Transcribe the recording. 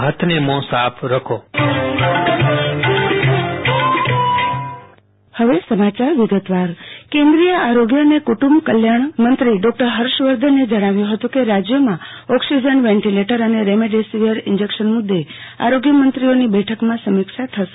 હર્ષવર્ધન કેન્દીય આરોગ્ય અને કૂટુંબ કલ્યાણમંત્રી ડોકટર હર્ષવર્ધને જણાવ્યું હતું કે રાજયોમાં ઓકસિજન વેન્ટીલેટર અને રેમડેસિવિર ઈન્જેકશન મુદે આરોગ્યમંત્રીઓની બેઠકમાં સમીક્ષા થશે